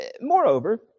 Moreover